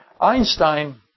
Einstein